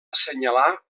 assenyalar